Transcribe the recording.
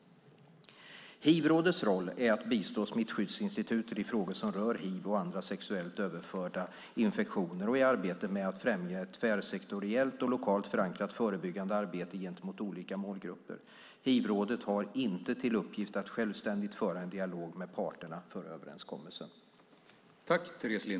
Hivrådets roll är att bistå Smittskyddsinstitutet i frågor som rör hiv och andra sexuellt överförda infektioner och i arbetet med att främja ett tvärsektoriellt och lokalt förankrat förebyggande arbete gentemot olika målgrupper. Hivrådet har inte till uppgift att självständigt föra en dialog med parterna för överenskommelsen.